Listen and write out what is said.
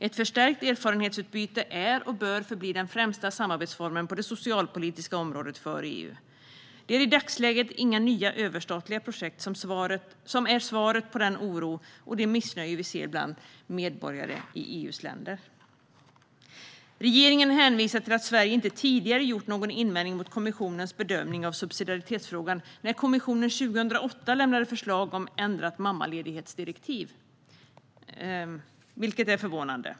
Ett förstärkt erfarenhetsutbyte är och bör förbli den främsta samarbetsformen på det socialpolitiska området för EU. Det är i dagsläget inte nya överstatliga projekt som är svaret på den oro och det missnöje vi ser bland medborgare i EU:s länder. Regeringen hänvisar till att Sverige inte gjorde någon invändning mot kommissionens bedömning av subsidiaritetsfrågan när kommissionen 2008 lämnade förslag om ändrat mammaledighetsdirektiv, vilket är förvånande.